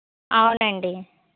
అవునండి